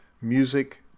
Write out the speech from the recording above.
Music